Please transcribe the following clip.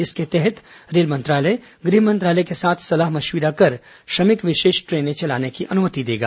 इसके तहत रेल मंत्रालय गृह मंत्रालय के साथ सलाह मशवरा कर श्रमिक विशेष ट्रेनें चलाने की अनुमति देगा